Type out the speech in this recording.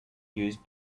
used